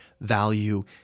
value